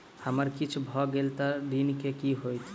हमरा किछ भऽ गेल तऽ ऋण केँ की होइत?